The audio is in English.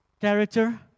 Character